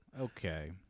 Okay